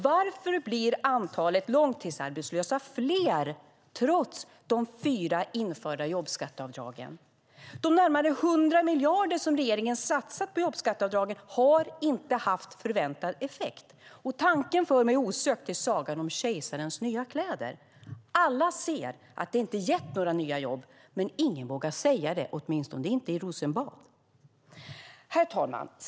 Varför blir antalet långtidsarbetslösa fler trots de fyra införda jobbskatteavdragen? De närmare 100 miljarder som regeringen satsat på jobbskatteavdrag har inte haft förväntad effekt. Tanken för mig osökt till sagan om kejsarens nya kläder - alla ser att det inte har gett några jobb, men ingen vågar säga det, åtminstone inte i Rosenbad. Herr talman!